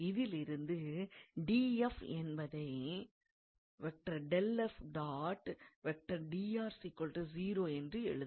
இதிலிருந்து என்பதை என்று எழுதலாம்